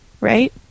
Right